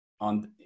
on